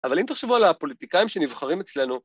‫אבל אם תחשבו על הפוליטיקאים ‫שנבחרים אצלנו...